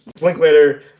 Linklater